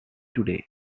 today